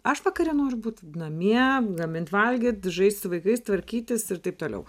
aš vakare noriu būti namie gamint valgyt žaist su vaikais tvarkytis ir taip toliau